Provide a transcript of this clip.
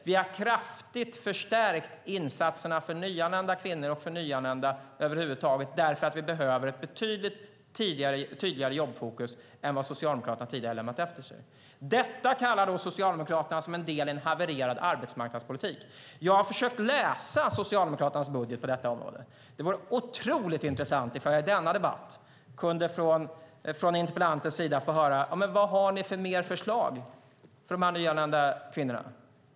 Vi har kraftigt förstärkt insatserna för nyanlända kvinnor och för nyanlända över huvud taget därför att vi behöver ett betydligt tydligare jobbfokus än det som Socialdemokraterna tidigare har lämnat efter sig. Detta kallar Socialdemokraterna för en del i en havererad arbetsmarknadspolitik. Jag har försökt läsa Socialdemokraternas budget på området. Det vore otroligt intressant om jag i denna debatt få höra från interpellanten vilka fler förslag ni har för de nyanlända kvinnorna.